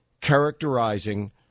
characterizing